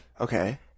Okay